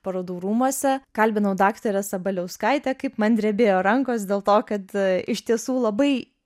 parodų rūmuose kalbinau daktarę sabaliauskaitę kaip man drebėjo rankos dėl to kad iš tiesų labai